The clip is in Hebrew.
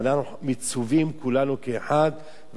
ואנחנו מצווים כולנו כאחד.